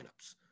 lineups